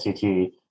CT